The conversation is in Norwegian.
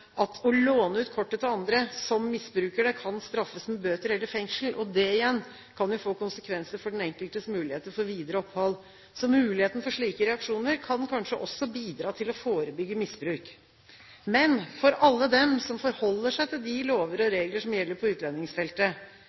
at å låne ut kortet til andre, som misbruker det, kan straffes med bøter eller fengsel. Det igjen kan få konsekvenser for den enkeltes muligheter for videre opphold. Så muligheten for slike reaksjoner kan kanskje også bidra til å forebygge misbruk. For alle dem som forholder seg til de lover og regler som gjelder på utlendingsfeltet,